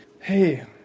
hey